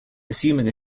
assuming